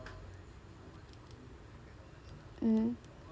mmhmm